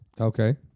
Okay